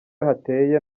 hateye